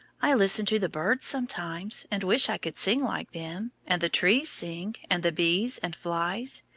i listen to the birds, sometimes, and wish i could sing like them and the trees sing, and the bees and flies.